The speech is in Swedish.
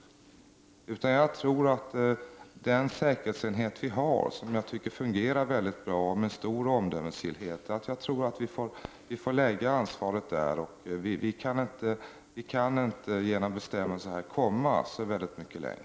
Jag tror att ansvaret skall ligga på den säkerhetsenhet som vi har och som jag tycker fungerar väldigt bra och arbetar med stort omdöme. Vi kan inte genom bestämmelser komma så mycket längre.